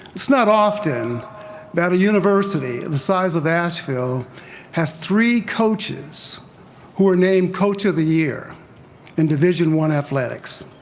it's not often that a university the size of asheville has three coaches who were named coach of the year in division one athletics.